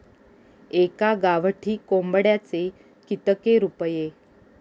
एका गावठी कोंबड्याचे कितके रुपये?